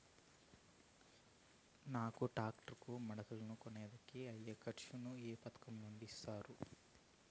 నాకు టాక్టర్ కు మడకలను కొనేకి అయ్యే ఖర్చు ను ఏ పథకం నుండి ఇస్తారు?